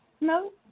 No